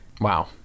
Wow